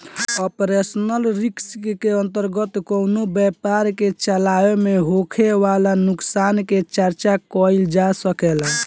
operational risk के अंतर्गत कवनो व्यपार के चलावे में होखे वाला नुकसान के चर्चा कईल जा सकेला